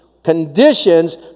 Conditions